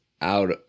Out